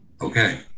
Okay